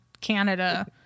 Canada